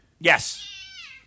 yes